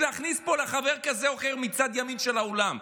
להכניס פה לחבר כזה או אחר מצד ימין של האולם.